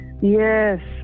yes